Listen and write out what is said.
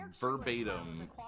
verbatim